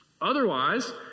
Otherwise